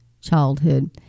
childhood